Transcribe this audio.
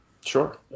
Sure